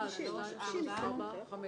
הרביזיה על סעיף 32,